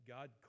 God